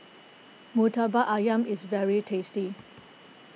Murtabak Ayam is very tasty